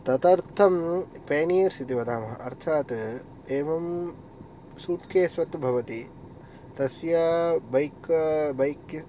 तदर्थं पेनियर्स् इति वदामः अर्थात् एवं सुट्केस् वत् भवति तस्य बैक् बैक्